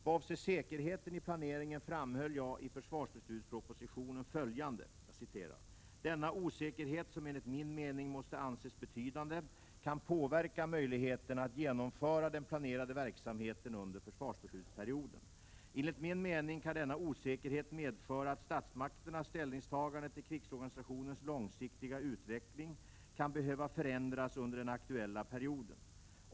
Vad avser säkerheten i planeringen framhöll jag i försvarsbeslutspropositionen följande: ”Denna osäkerhet som enligt min mening måste anses betydande kan påverka möjligheterna att genomföra den planerade verksamheten under försvarsbeslutsperioden. Enligt min mening kan denna osäkerhet medföra att statsmakternas ställningstagande till krigsorganisationens långsiktiga utveckling kan behöva förändras under den aktuella perioden.